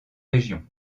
régions